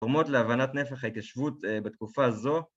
תורמות להבנת נפח ההתישבות בתקופה זו